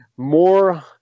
more